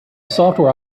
software